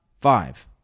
five